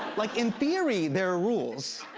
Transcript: like, in theory, there are rules.